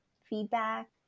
feedback